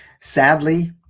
Sadly